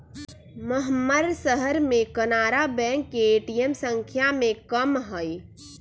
महम्मर शहर में कनारा बैंक के ए.टी.एम संख्या में कम हई